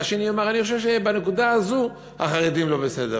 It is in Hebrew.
והשני יאמר: אני חושב שבנקודה הזו החרדים לא בסדר.